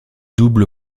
double